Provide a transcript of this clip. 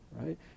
right